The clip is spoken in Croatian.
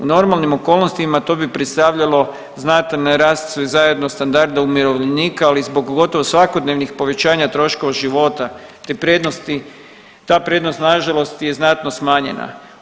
U normalnim okolnostima to bi predstavljalo znatan rast sve zajedno standarda umirovljenika, ali zbog gotovo svakodnevnih povećanja troškova života, ta prednost na žalost je znatno smanjena.